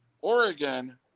Oregon